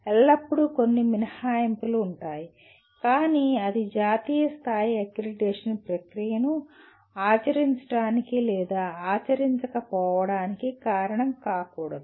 ఎల్లప్పుడూ కొన్ని మినహాయింపులు ఉంటాయి కానీ అది జాతీయ స్థాయి అక్రిడిటేషన్ ప్రక్రియను ఆచరించడానికి లేదా ఆచరించకపోవడానికి కారణం కాకూడదు